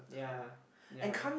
yeah yeah